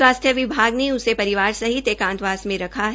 स्वास्थ्य विभाग ने उसे परिवार सहित एंकातवास मे रखा है